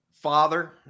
father